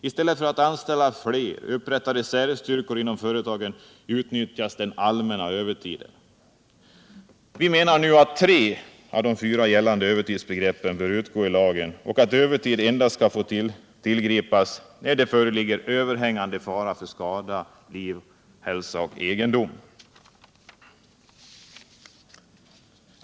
I stället för att anställa flera och upprätta reservstyrkor inom företagen utnyttjas den ”allmänna övertiden”. Vi menar att tre av de fyra gällande övertidsbegreppen i lagen bör utgå och att övertid endast skall få tillgripas när det föreligger överhängande fara för skada, liv, hälsa och egendom.